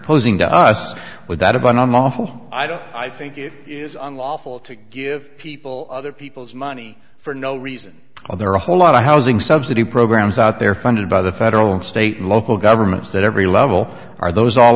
posing to us would that have been on the whole i don't i think it is unlawful to give people other people's money for no reason well there are a whole lot of housing subsidy programs out there funded by the federal and state and local governments that every level are those all